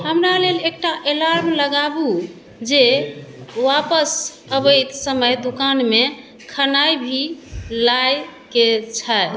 हमरा लेल एकटा अलार्म लगाबू जे वापस आबैत समय दुकान मे खनाइ भी लाए के छै